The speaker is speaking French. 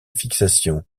fixation